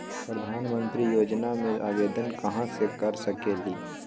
प्रधानमंत्री योजना में आवेदन कहा से कर सकेली?